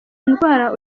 ndwara